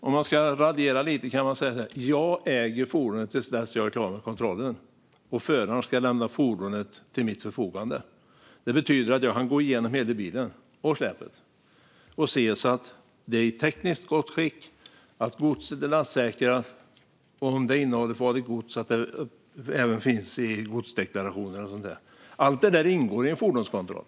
För att raljera lite kan man säga: Jag äger fordonet till dess att jag är klar med kontrollen, och föraren ska lämna fordonet till mitt förfogande. Det betyder att jag kan gå igenom hela bilen och släpet och se att det är i tekniskt gott skick och att godset är lastsäkrat. Om fordonet innehåller farligt gods ska detta finnas med i godsdeklarationen. Allt detta ingår i en fordonskontroll.